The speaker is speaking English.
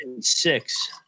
Six